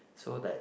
so that